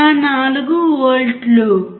04 వోల్ట్లు